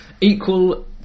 Equal